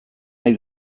nahi